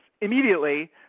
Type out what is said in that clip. immediately